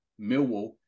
Millwall